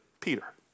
Peter